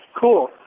cool